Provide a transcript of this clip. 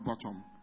bottom